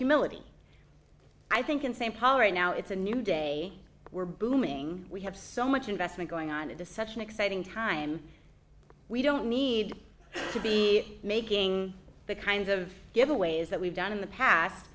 humility i think in saint paul right now it's a new day we're booming we have so much investment going on into such an exciting time we don't need to be making the kinds of giveaways that we've done in the past